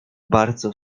bardzo